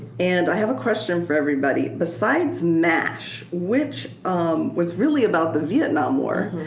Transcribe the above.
and i have a question for everybody. besides mash, which um was really about the vietnam war,